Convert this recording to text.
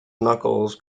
knuckles